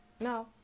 No